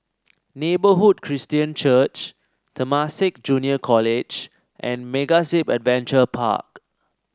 Neighbourhood Christian Church Temasek Junior College and MegaZip Adventure Park